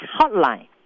hotline